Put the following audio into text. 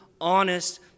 honest